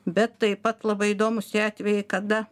bet taip pat labai įdomūs tie atvejai kada